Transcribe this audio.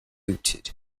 noted